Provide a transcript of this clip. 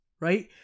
right